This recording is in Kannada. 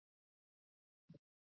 ಮತ್ತು ಈಗ ಇಲ್ಲಿ2 u 1 plus 0